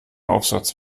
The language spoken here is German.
aufsatz